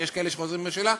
יש כאלה שחוזרים בשאלה?